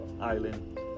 Island